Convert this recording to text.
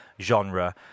genre